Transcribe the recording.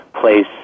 place